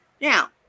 now